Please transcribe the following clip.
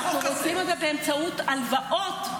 אנחנו רוצים את זה באמצעות הלוואות,